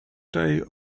day